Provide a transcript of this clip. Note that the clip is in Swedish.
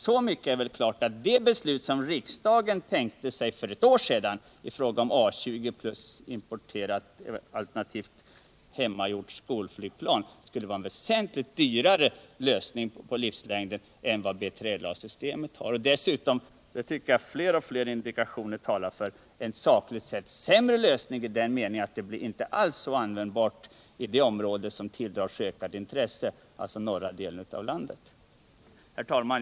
Så mycket är klart att det beslut sorn riksdagen tänkte sig för ett år sedan, alltså A 20 plus importerat alternativt hemmagjort skolflygplan, skulle vara en väsentligt dyrare lösning med hänsyn till livslängdskostnaderna än B3LA. Det skulle dessutom — det tycker jag fler och fler omständigheter talar för — vara en sakligt sett sämre lösning, a. a. därför att A 20 inte alls blir så användbart i det område som tilldrar sig ökat intresse, alltså norra delen av landet. Herr talman!